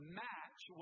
match